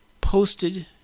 posted